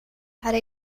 have